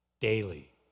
daily